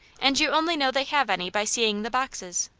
and you only know they have any by seeing the boxes.